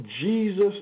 Jesus